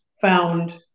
found